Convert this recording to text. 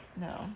no